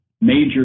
major